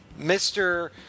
Mr